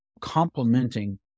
complementing